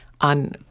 on